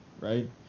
right